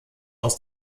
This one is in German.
aus